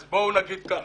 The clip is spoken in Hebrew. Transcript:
אז בואו נגיד כך,